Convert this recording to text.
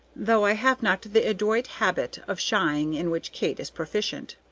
though i have not the adroit habit of shying in which kate is proficient.